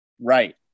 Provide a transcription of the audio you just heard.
Right